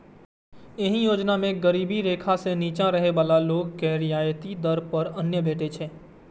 एहि योजना मे गरीबी रेखा सं निच्चा रहै बला लोक के रियायती दर पर अन्न भेटै छै